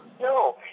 No